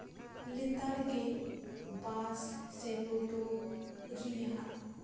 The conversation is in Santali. ᱞᱮᱛᱟᱲᱜᱮ ᱵᱟᱥ ᱥᱮ ᱴᱳᱴᱳ ᱨᱮᱭᱟᱜ